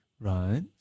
Right